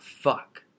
fuck